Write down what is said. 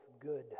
good